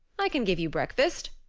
i can give you breakfast,